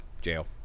Jail